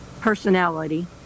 personality